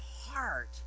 heart